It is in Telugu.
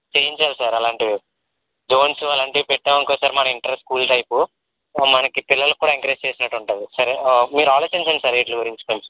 చెయ్యించాలి సార్ అలాంటివి జోన్స్ అలాంటివి పెట్టాము అంటే సార్ మన ఇంటర్ స్కూల్ టైపు మనకి పిల్లలకి కూడా ఎంకరేజ్ చేసినట్టుంటుంది సరే మీరు ఆలోచించండి సార్ వీటి గురించి కొంచెం